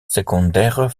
secundaire